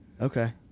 Okay